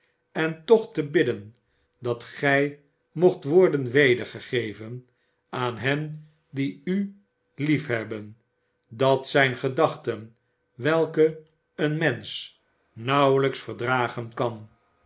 en toch te bidden dat gij mocht worden wedergegeven aan hen die u liefhebben dat zijn gedachten welke een mensen nauwelijks verdragen kan